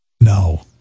No